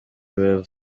rev